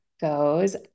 goes